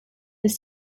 this